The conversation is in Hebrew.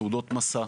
תעודות מסע.